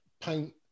paint